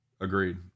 Agreed